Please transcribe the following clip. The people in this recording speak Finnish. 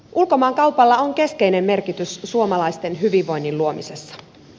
ulkomaankaupalla on keskeinen merkitys suomalaisten hyvinvoinnin luomisessa